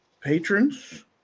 patrons